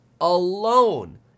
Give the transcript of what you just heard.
alone